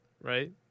Right